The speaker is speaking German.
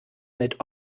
mit